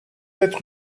être